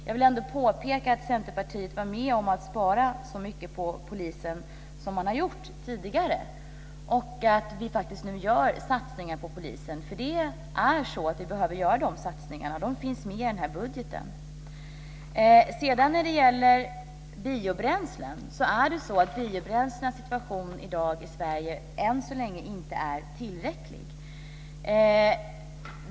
Jag vill ändå påpeka att Centerpartiet var med om att spara så mycket på polisen som man har gjort tidigare och att vi nu faktiskt gör satsningar på polisen. Vi behöver göra de satsningarna och de finns med i den här budgeten. Situationen i Sverige i dag när det gäller biobränslena är att de än så länge inte är tillräckliga.